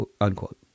Unquote